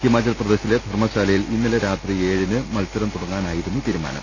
ഹിമാചൽപ്രദേശിലെ ധർമശാലയിൽ ഇന്നലെ രാത്രി ഏഴിന് മത്സരം തുടങ്ങാനായിരുന്നു തീരുമാനം